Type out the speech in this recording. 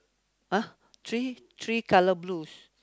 ah three three colour blues